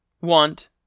want